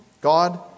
God